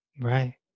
Right